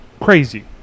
crazy